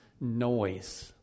noise